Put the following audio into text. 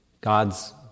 God's